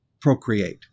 procreate